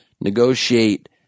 negotiate –